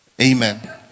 Amen